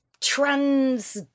trans